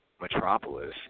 Metropolis